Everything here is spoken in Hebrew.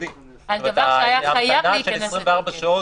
ולכן שם הגבלנו לתקופה של 14 יום,